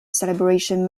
celebration